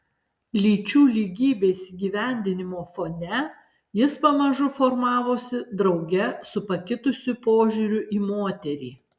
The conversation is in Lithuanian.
lyčių lygybės įgyvendinimo fone jis pamažu formavosi drauge su pakitusiu požiūriu į moterį